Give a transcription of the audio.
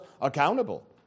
accountable